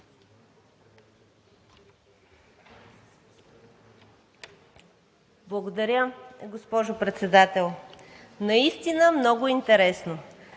Благодаря, госпожо Председател. Наистина много интересно!